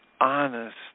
honest